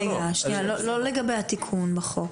לא לגבי התיקון בחוק.